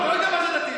אתה לא יודע מה זה דתי.